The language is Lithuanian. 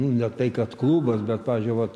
nu ne tai kad klubas bet pavyzdžiui vat